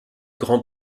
grand